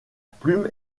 plume